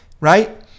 right